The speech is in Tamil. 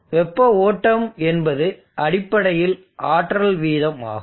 வெப்ப ஓட்டம் என்பது அடிப்படையில் ஆற்றல் வீதம் ஆகும்